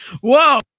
Whoa